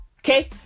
Okay